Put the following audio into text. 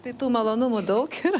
tai tų malonumų daug yra